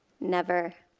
never.